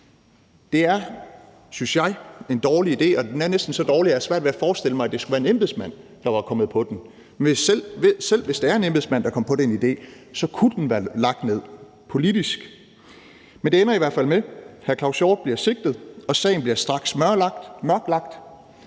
Det er, synes jeg, en dårlig idé, og den er næsten så dårlig, at jeg har svært ved at forestille mig, at det skulle være en embedsmand, der er kommet på den, men selv hvis det er en embedsmand, der kom på den idé, kunne den være lagt ned politisk. Men det ender i hvert fald med, at hr. Claus Hjort Frederiksen bliver sigtet, og sagen bliver straks mørkelagt.